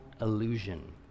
illusion